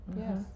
Yes